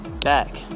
back